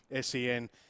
SEN